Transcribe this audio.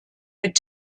mit